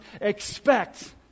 expect